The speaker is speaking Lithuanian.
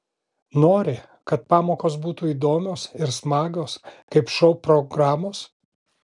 nori kad pamokos būtų įdomios ir smagios kaip šou programos